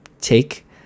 take